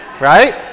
right